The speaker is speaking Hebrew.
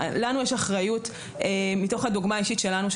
לנו יש אחריות מתוך הדוגמה האישית שלנו,